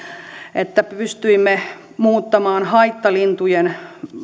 että pystyimme muuttamaan haittalintujen